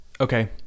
Okay